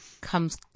comes